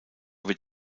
wird